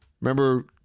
Remember